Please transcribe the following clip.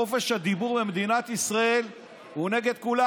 דרך אגב, חופש הדיבור במדינת ישראל הוא נגד כולם.